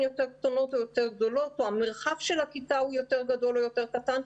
יותר קטנות או יותר גדולות או המרחב של הכיתה הוא יותר גדול או יותר קטן.